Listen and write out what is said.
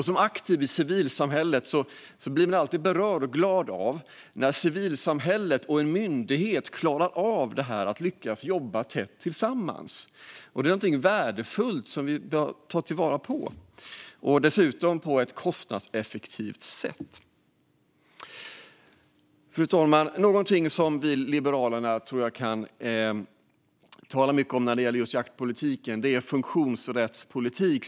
Som aktiv i civilsamhället blir man alltid berörd och glad när civilsamhället och en myndighet klarar av att jobba tätt tillsammans och dessutom på ett kostnadseffektivt sätt. Detta är något värdefullt som vi bör ta till vara. Fru talman! Något som vi i Liberalerna kan tala mycket om när det gäller jaktpolitik är funktionsrättspolitik.